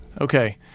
okay